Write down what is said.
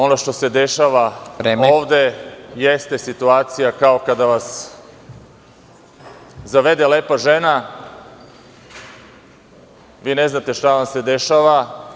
Ono što se dešava ovde jeste situacija kao kada vas zavede lepa žena, vi ne znate šta vam se dešava.